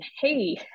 hey